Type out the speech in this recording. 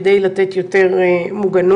כדי לתת יותר מוגנות.